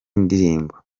ndirimbo